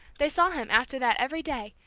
they saw him after that every day,